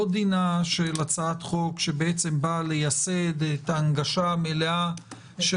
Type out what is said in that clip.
לא דינה של הצעת חוק שבאה לייסד את ההנגשה המלאה של